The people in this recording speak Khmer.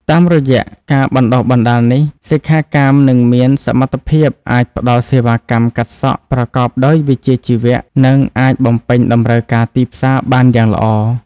តាមរយៈការបណ្តុះបណ្តាលនេះ សិក្ខាកាមនឹងមានសមត្ថភាពអាចផ្តល់សេវាកម្មកាត់សក់ប្រកបដោយវិជ្ជាជីវៈ និងអាចបំពេញតម្រូវការទីផ្សារបានយ៉ាងល្អ។